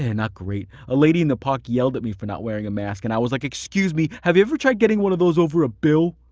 ah great. a lady in the park yelled at me for not wearing a mask, and i was like, excuse me, have you ever tried getting one of those over a bill?